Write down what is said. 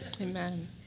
Amen